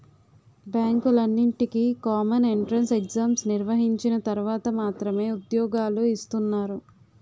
బ్యాంకులన్నింటికీ common entrance exam నిర్వహించిన తర్వాత మాత్రమే ఉద్యోగాలు ఇస్తున్నారు